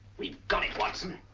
we got him, watson.